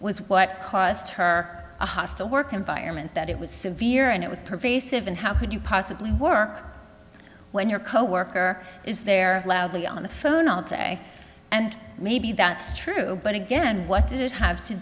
was what caused her a hostile work environment that it was severe and it was pervasive and how could you possibly work when your coworker is there loudly on the phone all day and maybe that's true but again what did it have to